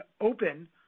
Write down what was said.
open